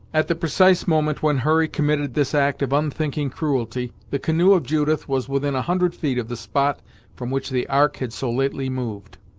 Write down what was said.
at the precise moment when hurry committed this act of unthinking cruelty, the canoe of judith was within a hundred feet of the spot from which the ark had so lately moved.